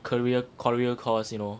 courier courier cost you know